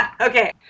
Okay